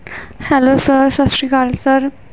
hello sir ਸਤਿ ਸ਼੍ਰੀ ਅਕਾਲ ਸਰ